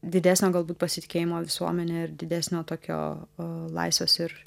didesnio galbūt pasitikėjimo visuomene ir didesnio tokio laisvės ir